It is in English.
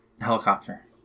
Helicopter